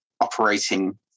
operating